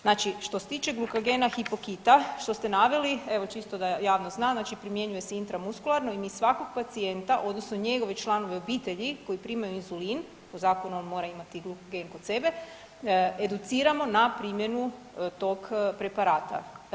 Znači što se tiče glukagena hypokita što ste naveli, evo čisto da javnost zna znači primjenjuje se intramuskularno i mi svakog pacijenta odnosno njegove članove obitelji koji primaju inzulin, po zakonu on mora imati glukagen kod sebe, educiramo na primjenu tog preparata.